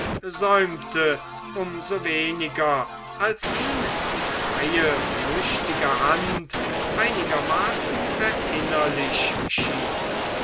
säumte um so weniger als ihm die freie flüchtige hand einigermaßen erinnerlich schien